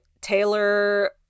Taylor